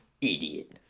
idiot